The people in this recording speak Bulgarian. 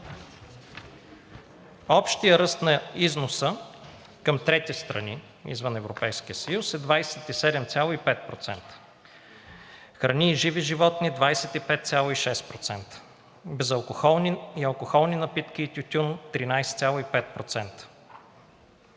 Общият ръст на износа към трети страни, извън Европейския съюз, е 27,5%: храни и живи животни – 25,6%; безалкохолни, алкохолни напитки и тютюн – 13,5%;